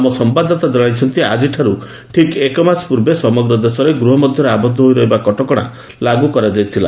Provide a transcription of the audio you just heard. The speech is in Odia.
ଆମ ସମ୍ଭାଦଦାତା ଜଣାଇଛନ୍ତି ଆଜିଠାର୍ଚ ଠିକ୍ ମାସେ ପୂର୍ବେ ସମଗ୍ର ଦେଶରେ ଗୃହ ମଧ୍ୟରେ ଆବଦ୍ଧ ହୋଇ ରହିବା କଟକଣା ଲାଗୁ କରାଯାଇଥିଲା